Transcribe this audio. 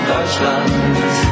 Deutschland